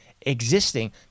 existing